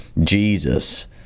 Jesus